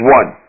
one